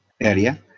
area